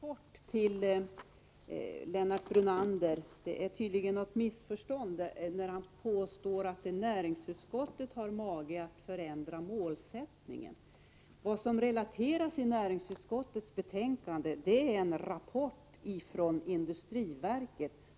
Herr talman! Helt kort till Lennart Brunander: Det föreligger tydligen ett missförstånd, när han talar om att näringsutskottet har mage att förändra målsättningen. Vad vi gör i näringsutskottets betänkande är att vi refererar en rapport från industriverket.